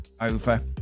over